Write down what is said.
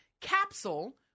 capsule